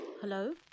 Hello